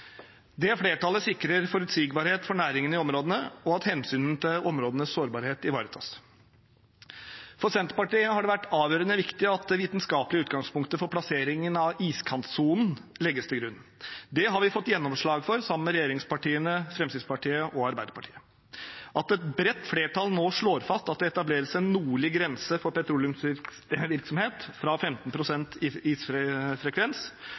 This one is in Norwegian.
Det flertallet sikrer forutsigbarhet for næringene i områdene, og at hensynet til områdenes sårbarhet ivaretas. For Senterpartiet har det vært avgjørende viktig at det vitenskapelige utgangspunktet for plasseringen av iskantsonen legges til grunn. Det har vi fått gjennomslag for sammen med regjeringspartiene, Fremskrittspartiet og Arbeiderpartiet. At et bredt flertall nå slår fast at det etableres en nordlig grense for petroleumsvirksomhet ved 15